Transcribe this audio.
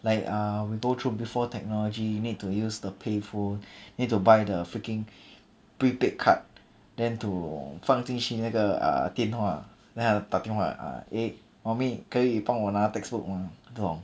like uh we go through before technology you need to use the payphone need to buy the freaking prepaid card then to 放进去那个 uh 电话 then talking about err eh mummy 可以帮我拿 textbook mah 那种